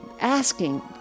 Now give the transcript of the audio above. asking